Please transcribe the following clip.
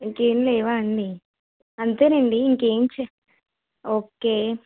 ఇంకా ఏమిలేవా అండి అంతే అండి ఇంకా ఏమి చే ఓకే